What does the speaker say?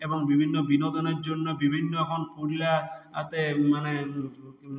এবং বিভিন্ন বিনোদনের জন্য বিভিন্ন এখন পুরুলিয়া আ তে মানে